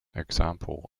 examples